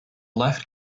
left